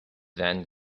then